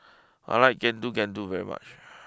I like Getuk Getuk very much